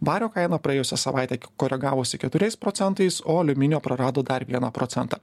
vario kaina praėjusią savaitę koregavosi keturiais procentais o aliuminio prarado dar vieną procentą